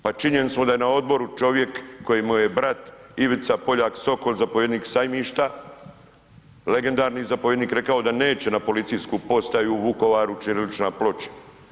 Pa činjenica da je na odboru čovjek kojemu brat Ivica Poljak Sokol zapovjednik Sajmišta, legendarni zapovjednik rekao da neće na Policijsku postaju u Vukovaru ćirilična ploča.